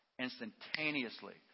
Instantaneously